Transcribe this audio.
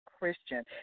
Christian